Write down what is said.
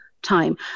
time